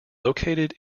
located